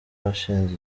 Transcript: washinze